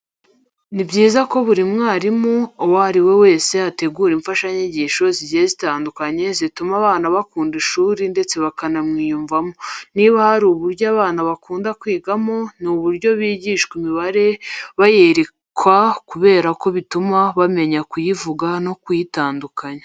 Ni byiza ko buri mwarimu uwo ari we wese ategura imfashanyigisho zigiye zitandukanye zituma abana bakunda ishuri ndetse bakanamwiyumvamo. Niba hari uburyo abana bakunda kwigamo, ni uburyo bigishwa imibare bayerekwa kubera ko bituma bamenya kuyivuga no kuyitandukanya.